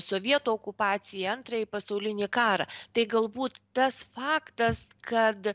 sovietų okupaciją antrąjį pasaulinį karą tai galbūt tas faktas kad